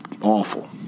awful